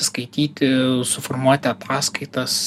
skaityti suformuoti ataskaitas